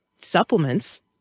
supplements